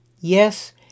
Yes